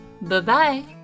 Bye-bye